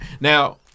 Now